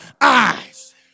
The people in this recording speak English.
eyes